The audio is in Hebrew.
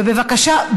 ובבקשה,